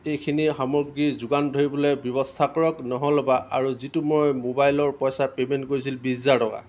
এইখিনি সামগ্ৰী যোগান ধৰিবলৈ ব্যৱস্থা কৰক নহ'বা আৰু যিটো মই মোবাইলৰ পইচা পে'মেন্ট কৰিছিলোঁ বিছ হাজাৰ টকা